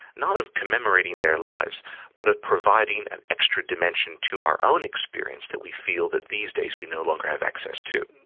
not of commemorating their lives but of providing an extra dimension to our own experience that we feel that these days we no longer have access to.